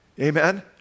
Amen